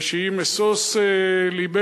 שהיא משוש לבנו,